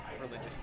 religious